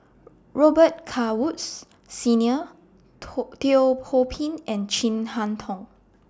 Robet Carr Woods Senior Teo Ho Pin and Chin Harn Tong